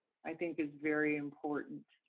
i think is very important.